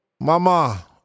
Mama